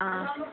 ആ